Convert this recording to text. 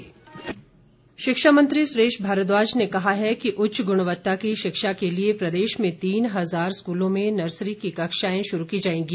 मारद्वाज शिक्षा मंत्री सुरेश भारद्वाज ने कहा है कि उच्च गुणवत्ता की शिक्षा के लिए प्रदेश में तीन हजार स्कूलों में नर्सरी की कक्षाएं शुरू की जाएंगी